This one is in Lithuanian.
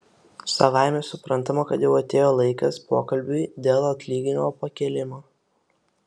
savaime suprantama kad jau atėjo laikas pokalbiui dėl atlyginimo pakėlimo